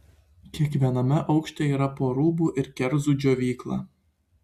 kiekviename aukšte yra po rūbų ir kerzų džiovyklą